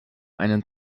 einen